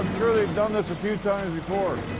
sure they've done this a few times